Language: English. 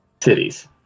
Cities